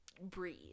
breathe